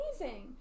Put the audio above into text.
amazing